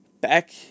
Back